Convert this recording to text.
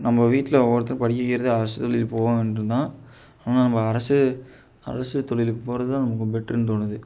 நம்ப வீட்டில் ஒவ்வொருத்தரும் படிக்க வைக்கிறதே அரசு தொழில் போவாங்கன்று தான் ஆனால் நம்ப அரசே அரசு தொழிலுக்கு போவதுதான் நமக்கு பெட்ருன்னு தோணுது